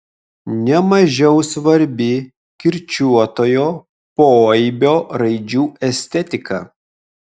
ne mažiau svarbi kirčiuotojo poaibio raidžių estetika